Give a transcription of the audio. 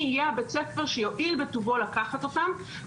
יהיה בית הספר שיועיל בטובו לקחת אותם,